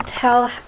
tell